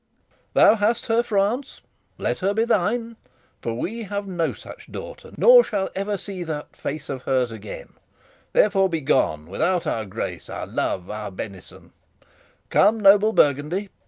thou hast her, france let her be thine for we have no such daughter, nor shall ever see that face of hers again therefore be gone without our grace, our love, our benison come, noble burgundy.